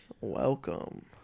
Welcome